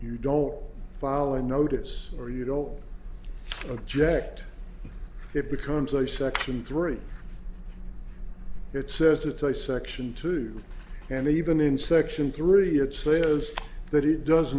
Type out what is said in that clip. you don't follow a notice or you don't object it becomes a section three it says that i section two and even in section three it says that it does